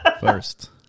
First